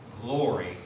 glory